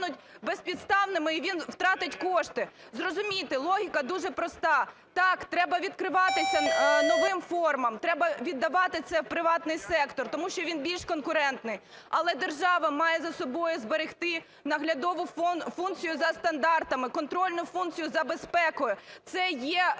безпідставними, і він втратить кошти. Зрозумійте, логіка дуже проста. Так, треба відкриватися новим формам, треба віддавати це в приватний сектор, тому що він більш конкурентний. Але держава має за собою зберегти наглядову функцію за стандартами, контрольну функцію за безпекою. Це є